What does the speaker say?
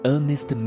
Ernest